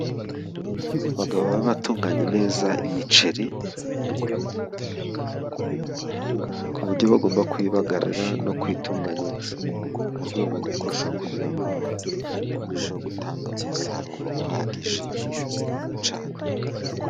Abagabo baba batunganya neza imiceri. Ku buryo bagomba kuyibagarira no kuyitunganya mu rwego rwo kurushaho kugira ngo irusheho gutanga umusaruro uhagije cyane.